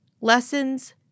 lessons